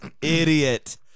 Idiot